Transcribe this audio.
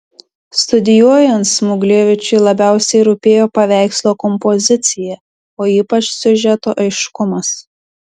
studijuojant smuglevičiui labiausiai rūpėjo paveikslo kompozicija o ypač siužeto aiškumas